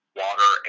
water